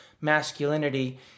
masculinity